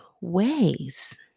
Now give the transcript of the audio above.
ways